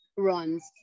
runs